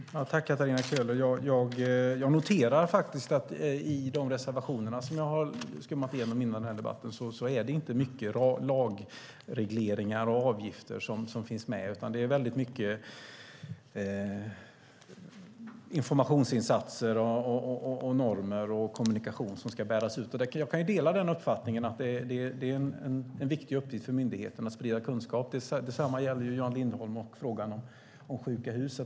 Herr talman! Tack, Katarina Köhler! Jag noterar faktiskt att i de reservationer som jag har skummat igenom innan debatten är det inte mycket lagregleringar och avgifter som finns med. Det är väldigt mycket informationsinsatser, normer och kommunikation som ska bäras ut. Jag kan dela uppfattningen att det är en viktig uppgift för myndigheten att sprida kunskap. Detsamma gäller Jan Lindholm och frågan om sjuka hus.